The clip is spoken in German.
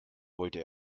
wollte